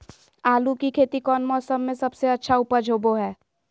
आलू की खेती कौन मौसम में सबसे अच्छा उपज होबो हय?